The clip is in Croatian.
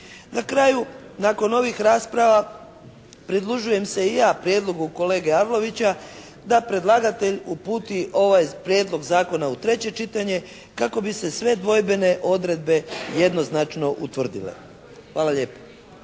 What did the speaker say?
Na kraju nakon ovih rasprava pridružujem se i ja prijedlogu kolege Arlovića da predlagatelj uputi ovaj prijedlog zakona u treće čitanje kako bi se sve dvojbene odredbe jednoznačno utvrdile. Hvala lijepa.